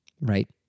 right